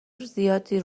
زیادی